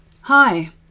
Hi